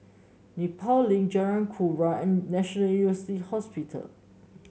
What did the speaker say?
Nepal Link Jalan Kurnia and National University Hospital